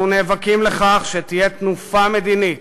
אנחנו נאבקים לכך שתהיה תנופה מדינית,